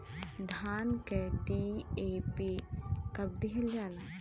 धान में डी.ए.पी कब दिहल जाला?